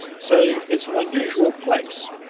so it's an unusual place.